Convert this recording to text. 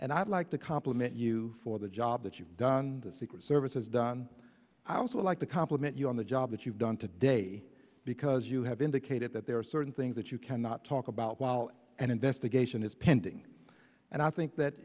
and i'd like to compliment you for the job that you've done the secret service has done i'd also like to compliment you on the job that you've done today because you have indicated that there are certain things that you cannot talk about while an investigation is pending and i think that